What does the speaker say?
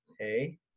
Okay